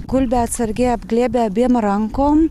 gulbę atsargiai apglėbė abiem rankom